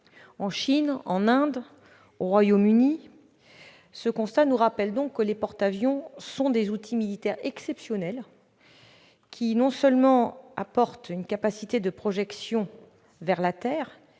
en Chine, en Inde ou encore au Royaume-Uni. Ce constat nous rappelle que les porte-avions sont des outils militaires exceptionnels, qui fournissent non seulement une capacité de projection vers la terre